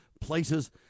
places